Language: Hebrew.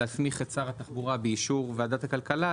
להסמיך את שר התחבורה באישור ועדת הכלכלה,